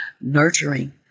nurturing